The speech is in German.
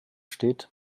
steht